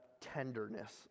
tenderness